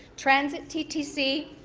transit ttc.